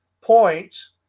points